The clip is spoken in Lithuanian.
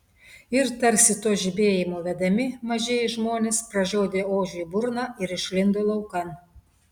ir tarsi to žibėjimo vedami mažieji žmonės pražiodė ožiui burną ir išlindo laukan